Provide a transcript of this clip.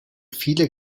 viele